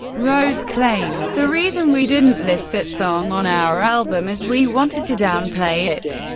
rose claimed the reason we didn't list that song on our album is we wanted to downplay it.